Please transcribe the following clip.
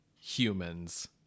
humans